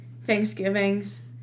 Thanksgivings